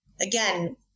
again